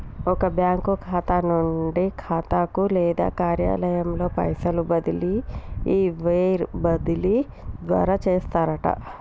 ఒక బ్యాంకు ఖాతా నుండి ఖాతాకు లేదా కార్యాలయంలో పైసలు బదిలీ ఈ వైర్ బదిలీ ద్వారా చేస్తారట